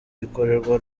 bikorerwa